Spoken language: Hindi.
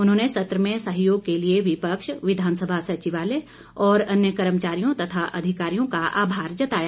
उन्होंने सत्र में सहयोग के लिए विपक्ष विधानसभा सचिवालय और अन्य कर्मचारियों तथा अधिकारियों का आभार जताया